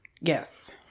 Yes